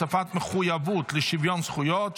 הוספת מחויבות לשוויון זכויות),